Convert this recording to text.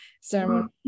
ceremony